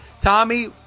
tommy